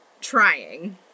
trying